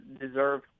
deserve –